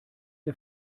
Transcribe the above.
der